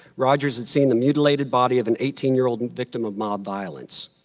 rogers had seen the mutilated body of an eighteen year old victim of mob violence.